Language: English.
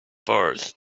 first